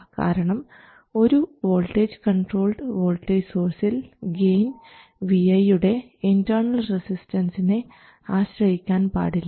കാരണം ഒരു voltage controlled voltage സോഴ്സിൽ ഗെയിൻ Vi യുടെ ഇൻറർണൽ റസിസ്റ്റൻസിനെ ആശ്രയിക്കാൻ പാടില്ല